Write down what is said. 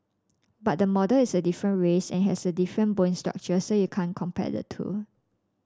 but the model is a different race and has a different bone structure so you can't compare the two